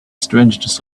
strangeness